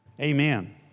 amen